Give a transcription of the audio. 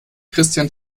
christian